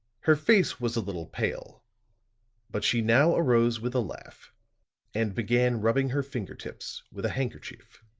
her face was a little pale but she now arose with a laugh and began rubbing her finger-tips with a handkerchief